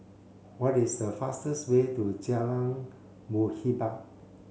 what is the fastest way to Jalan Muhibbah